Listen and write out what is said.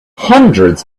hundreds